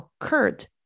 occurred